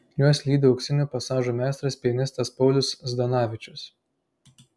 juos lydi auksinių pasažų meistras pianistas paulius zdanavičius